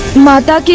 mother